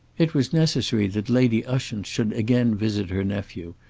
it was necessary that lady ushant should again visit her nephew,